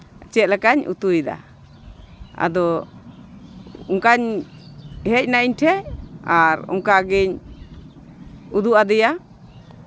ᱪᱮᱫ ᱞᱮᱠᱟᱧ ᱩᱛᱩᱭᱮᱫᱟ ᱟᱫᱚ ᱚᱱᱠᱟᱧ ᱦᱮᱡᱱᱟ ᱤᱧ ᱴᱷᱮᱡ ᱟᱨ ᱚᱱᱠᱟ ᱜᱤᱧ ᱩᱫᱩᱜ ᱟᱫᱮᱭᱟ